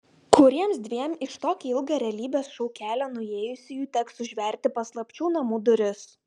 kuriems dviem iš tokį ilgą realybės šou kelią nuėjusiųjų teks užverti paslapčių namų duris